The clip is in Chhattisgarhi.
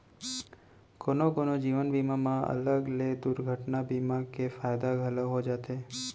कोनो कोनो जीवन बीमा म अलग ले दुरघटना बीमा के फायदा घलौ हो जाथे